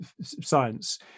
science